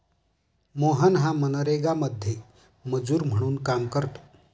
मोहन हा मनरेगामध्ये मजूर म्हणून काम करतो